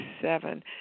seven